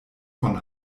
von